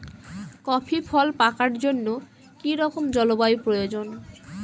Coffee ফল পাকার জন্য কী রকম জলবায়ু প্রয়োজন?